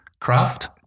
craft